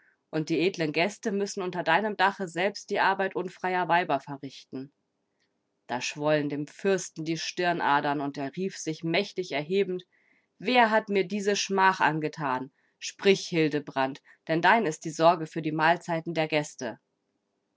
und die edlen gäste müssen unter deinem dache selbst die arbeit unfreier weiber verrichten da schwollen dem fürsten die stirnadern und er rief sich mächtig erhebend wer hat mir diese schmach angetan sprich hildebrand denn dein ist die sorge für die mahlzeiten der gäste